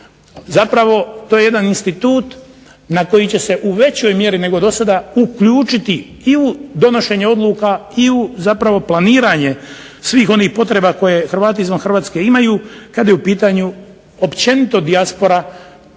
zapravo to je jedan institut na koji će se u većoj mjeri nego do sada uključiti i u donošenje odluka i u planiranje svih ovih potreba koje Hrvati izvan Hrvatske imaju kada je u pitanju općenito dijaspora